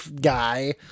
guy